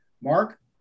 Mark